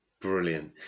Brilliant